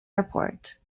airport